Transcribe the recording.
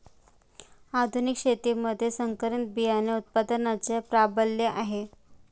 आधुनिक शेतीमध्ये संकरित बियाणे उत्पादनाचे प्राबल्य आहे